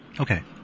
Okay